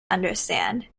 understand